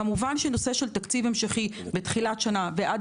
כמובן שנושא תקציב המשכי בתחילת שנה ועד